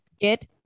get